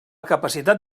capacitat